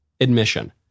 admission